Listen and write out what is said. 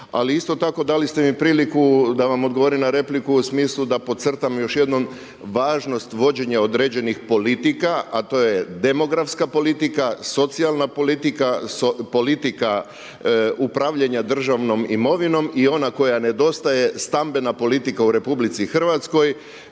Ali isto tako dali ste mi priliku da vam odgovorim na repliku u smislu da podcrtam još jednom važnost vođenja određenih politika, a to je demografska politika, socijalna politika, politika upravljanja državnom imovinom i ona koja nedostaje stambena politika u RH. Važno